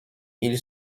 ils